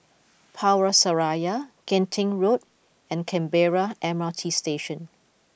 Power Seraya Genting Road and Canberra M R T Station